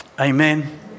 Amen